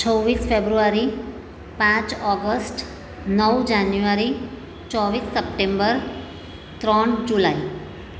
છવ્વીસ ફેબ્રુઆરી પાંચ ઓગસ્ટ નવ જાન્યુઆરી ચોવીસ સપ્ટેમ્બર ત્રણ જુલાઈ